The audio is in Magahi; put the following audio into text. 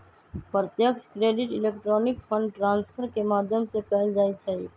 प्रत्यक्ष क्रेडिट इलेक्ट्रॉनिक फंड ट्रांसफर के माध्यम से कएल जाइ छइ